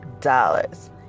dollars